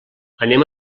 anem